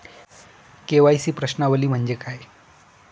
KYC प्रश्नावली म्हणजे काय?